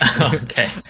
Okay